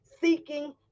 seeking